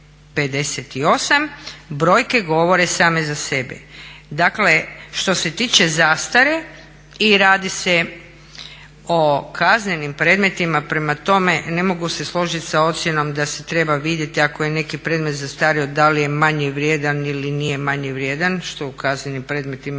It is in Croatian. brojke govore same za sebe. Dakle, što se tiče zastare i radi se o kaznenim predmetima, prema tome ne mogu se složiti sa ocjenom da se treba vidjeti ako je neki predmet zastario da li je manje vrijedan ili nije manje vrijedan što u kaznenim predmetima